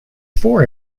four